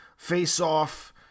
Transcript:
face-off